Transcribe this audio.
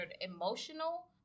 emotional